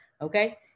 okay